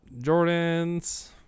jordan's